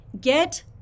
get